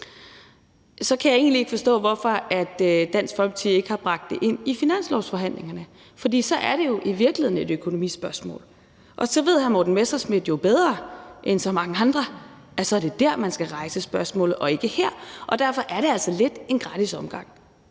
kan jeg egentlig ikke forstå, hvorfor Dansk Folkeparti ikke har bragt det ind i finanslovsforhandlingerne. For så er det jo i virkeligheden et økonomispørgsmål, og så ved hr. Morten Messerschmidt jo bedre end så mange andre, at så er det der, man skal rejse spørgsmålet, og ikke her. Derfor er det altså lidt en gratis omgang,